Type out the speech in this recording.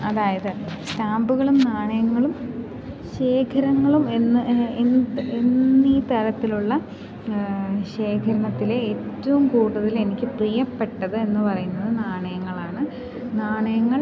അതായത് സ്റ്റാമ്പുകളും നാണയങ്ങളും ശേഖരങ്ങളും എന്ന് എന്ത് എന്നീ തരത്തിലുള്ള ശേഖരണത്തിലെ ഏറ്റവും കൂടുതൽ എനിക്ക് പ്രീയപ്പെട്ടത് എന്നു പറയുന്നത് നാണയങ്ങളാണ് നാണയങ്ങൾ